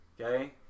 Okay